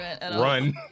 Run